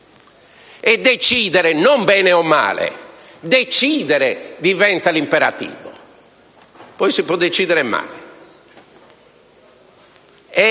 e decidere non bene o male: decidere diventa l'imperativo. Poi, si può decidere male: